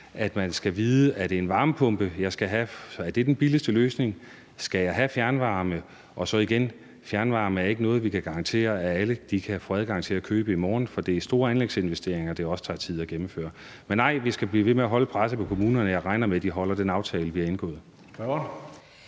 at man skal vide, om en varmepumpe er den billigste løsning, eller om man skal have fjernvarme. Og igen vil jeg sige, at fjernvarme ikke er noget, vi kan garantere at alle kan få adgang til at købe i morgen, for det er store anlægsinvesteringer, som det også tager tid at gennemføre. Men vi skal blive ved med at holde presset på kommunerne, og jeg regner med, at de holder den aftale, vi har indgået.